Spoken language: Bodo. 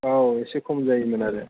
औ एसे खम जायोमोन आरो